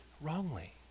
wrongly